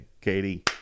Katie